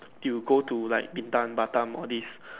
you go to like Batam Batam all these